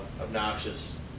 obnoxious